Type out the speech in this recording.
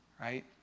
right